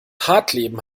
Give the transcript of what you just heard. hartleben